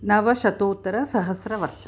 नवशतोत्तरसहस्रवर्षम्